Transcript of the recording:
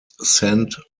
sent